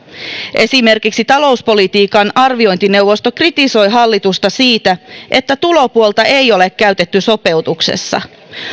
esimerkiksi talouspolitiikan arviointineuvosto kritisoi hallitusta siitä että tulopuolta ei ole käytetty sopeutuksessa